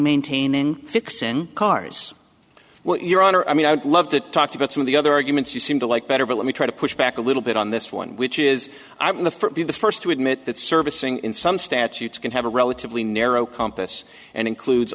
maintaining fixing cars well your honor i mean i'd love to talk about some of the other arguments you seem to like better but let me try to push back a little bit on this one which is the for the first to admit that servicing in some statutes can have a relatively narrow compass and includes